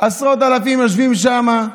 עשרות אלפים יושבים שם,